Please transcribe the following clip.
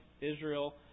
Israel